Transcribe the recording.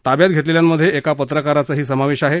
ताब्यात घेतलेल्यांमध्ये एका पत्रकाराचाही समावेश आहे